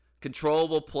controllable